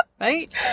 Right